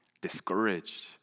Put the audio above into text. discouraged